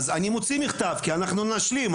אז אני מוציא מכתב כי אנחנו נשלים,